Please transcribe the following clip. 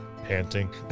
Panting